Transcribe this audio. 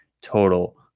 total